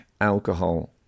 alcohol